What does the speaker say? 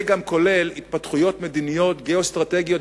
זה גם כולל התפתחויות מדיניות גיאו-אסטרטגיות,